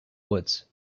woods